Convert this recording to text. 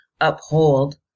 uphold